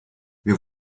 wir